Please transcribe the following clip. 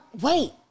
wait